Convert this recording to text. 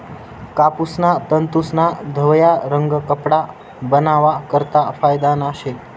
कापूसना तंतूस्ना धवया रंग कपडा बनावा करता फायदाना शे